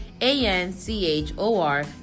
A-N-C-H-O-R